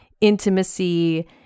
intimacy